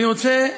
אני רוצה,